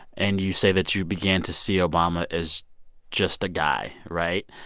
and you say that you began to see obama as just a guy, right?